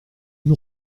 une